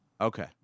Okay